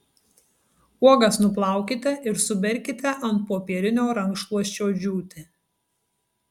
uogas nuplaukite ir suberkite ant popierinio rankšluosčio džiūti